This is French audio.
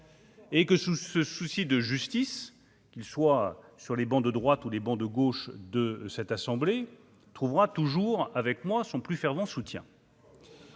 sous ce souci de justice qu'il soit sur les bancs de droite ou les bancs de gauche de cette assemblée trouvera toujours avec moi sont plus fervent soutien.